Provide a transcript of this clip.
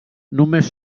només